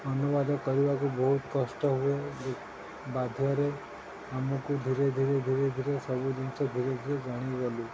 ଅନୁବାଦ କରିବାକୁ ବହୁତ କଷ୍ଟ ହୁଏ ବାଧ୍ୟରେ ଆମକୁ ଧୀରେ ଧୀରେ ଧୀରେ ଧୀରେ ସବୁ ଜିନିଷ ଧୀରେ ଧୀରେ ଜାଣିଗଲୁ